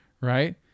right